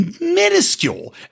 minuscule